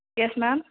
yes ma'am